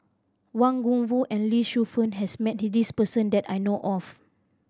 Wang Gungwu and Lee Shu Fen has met this person that I know of